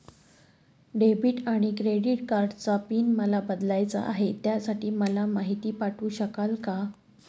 Debit आणि credit कार्डचा pin मला बदलायचा आहे, त्यासाठी मला माहिती पाठवू शकाल का?